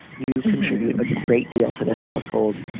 you contribute a great deal to this household.